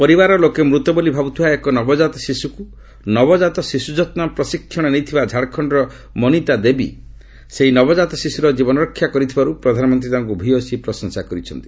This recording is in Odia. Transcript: ପରିବାର ଲୋକେ ମୃତ ବୋଲି ଭାବୁଥିବା ଏକ ନବକାତ ଶିଶୁକ୍କୁ ନବକାତ ଶିଶୁଯତ୍ ପ୍ରଶିକ୍ଷଣ ନେଇଥିବା ଝାଡ଼ଖଶ୍ତର ମନିତା ଦେବୀ ସେହି ନବଜାତ ଶିଶୁର ଜୀବନରକ୍ଷା କରିଥିବାରୁ ପ୍ରଧାନମନ୍ତ୍ରୀ ତାଙ୍କୁ ଭୟସୀ ପ୍ରଶଂସା କରିଛନ୍ତି